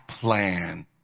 plan